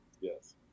Yes